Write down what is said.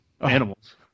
animals